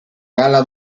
gala